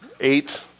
eight